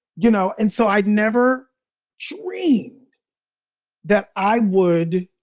you know, and so i'd never dreamed that i would